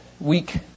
weak